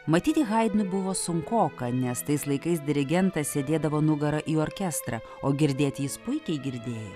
matyti haidnui buvo sunkoka nes tais laikais dirigentas sėdėdavo nugara į orkestrą o girdėti jis puikiai girdėjo